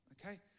Okay